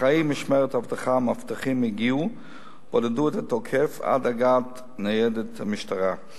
אחראי משמרת אבטחה ומאבטחים הגיעו ובודדו את התוקף עד הגעת ניידת משטרה.